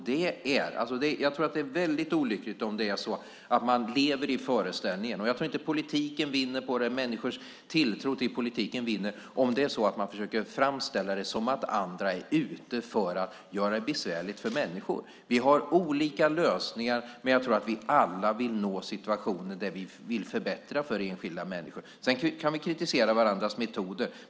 Det är väldigt olyckligt om man framställer det som att andra är ute efter att göra det besvärligt för människor. Jag tror inte att människors tilltro till politiken vinner på det. Vi har olika lösningar, men jag tror att vi alla vill nå situationer där vi vill förbättra för enskilda människor. Sedan kan vi kritisera varandras metoder.